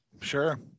Sure